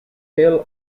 hill